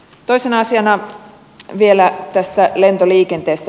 toisena asiana vielä tästä lentoliikenteestä